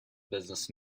business